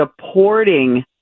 supporting